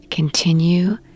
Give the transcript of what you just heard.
Continue